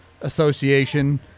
association